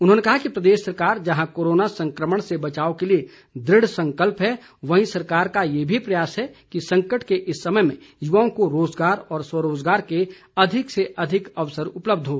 उन्होंने कहा कि प्रदेश सरकार जहां कोरोना संक्रमण से बचाव के लिए दृढसंकल्प है वहीं सरकार का यह भी प्रयास है कि संकट के इस समय में युवाओं को रोज़गार व स्वरोज़गार के अधिक से अधिक अवसर उपलब्ध हों